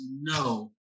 no